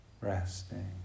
Resting